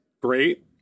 Great